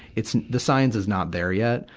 it's, the science is not there yet.